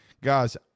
Guys